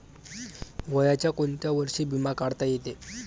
वयाच्या कोंत्या वर्षी बिमा काढता येते?